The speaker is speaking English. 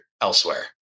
elsewhere